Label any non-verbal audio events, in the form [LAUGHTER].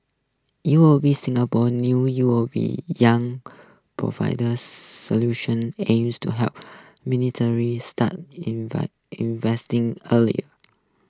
U O B Singapore's new U O B Young [UNINTELLIGIBLE] [UNINTELLIGIBLE] Solution aims to help [UNINTELLIGIBLE] start [UNINTELLIGIBLE] investing earlier